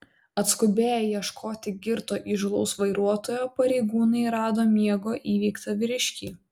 atskubėję ieškoti girto įžūlaus vairuotojo pareigūnai rado miego įveiktą vyriškį